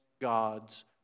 God's